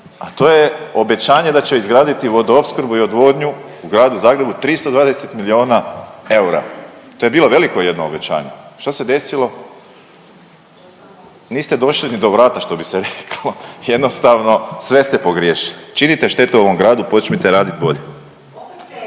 a to je obećanje da će izgraditi Vodoopskrbu i odvodnju u gradu Zagrebu 320 milijuna eura. To je bilo veliko jedno obećanje, šta se desilo. Niste došli ni do vrata što bi se reklo. Jednostavno sve ste pogriješili. Činite štetu ovom gradu, počnite radit bolje.